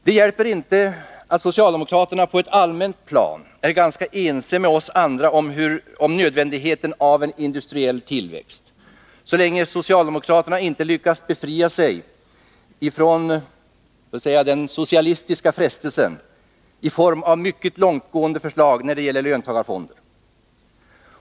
Det hjälper inte att socialdemokraterna på ett allmänt plan är ganska ense med oss andra om nödvändigheten av en industriell tillväxt, så länge de inte lyckas befria sig från den socialistiska frestelsen att framlägga mycket långtgående förslag när det gäller löntagarfonder.